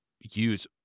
use